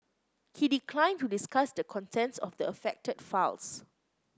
he declined to discuss the contents of the affected files